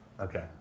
Okay